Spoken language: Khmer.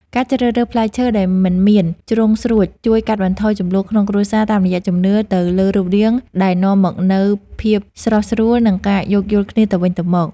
ការជ្រើសរើសផ្លែឈើដែលមិនមានជ្រុងស្រួចជួយកាត់បន្ថយជម្លោះក្នុងគ្រួសារតាមរយៈជំនឿទៅលើរូបរាងដែលនាំមកនូវភាពស្រុះស្រួល និង ការយោគយល់គ្នាទៅវិញទៅមក។